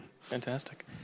Fantastic